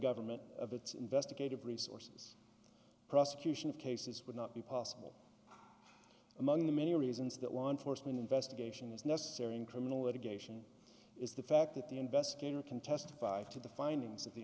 government of its investigative resources prosecution of cases would not be possible among the many reasons that law enforcement investigation is necessary in criminal litigation is the fact that the investigator can testify to the finding